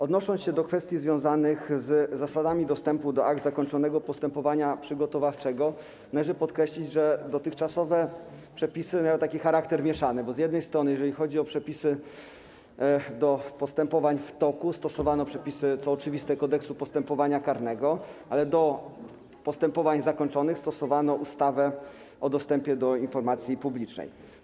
Odnosząc się do kwestii związanych z zasadami dostępu do akt zakończonego postępowania przygotowawczego, należy podkreślić, że dotychczasowe przepisy miały taki charakter mieszany, bo jeżeli chodzi o przepisy dotyczące postępowań w toku, to stosowano przepisy, co oczywiste, Kodeksu postępowania karnego, ale do postępowań zakończonych stosowano ustawę o dostępie do informacji publicznej.